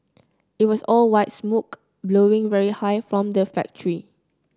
it was all white smoke blowing very high from the factory